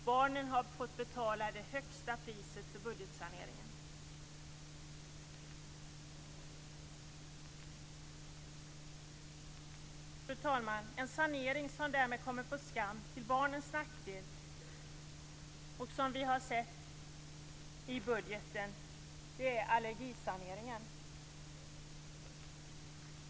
Barnen har fått betala det högsta priset för budgetsaneringen. Fru talman! En sanering som kommit på skam, till barnens nackdel, är allergisaneringen. Det har vi sett i budgeten.